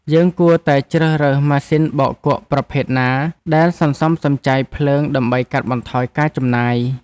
យើងគួរតែជ្រើសរើសម៉ាស៊ីនបោកគក់ប្រភេទណាដែលសន្សំសំចៃភ្លើងដើម្បីកាត់បន្ថយការចំណាយ។